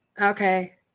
Okay